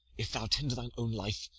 if thou tender thine own life,